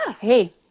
Hey